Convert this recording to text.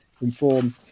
inform